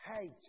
hate